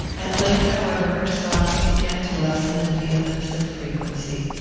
at length, however, her sobs began to lessen in vehemence and frequency.